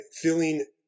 feeling